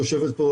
יושבת פה,